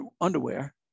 underwear